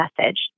message